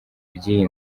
by’iyi